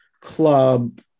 club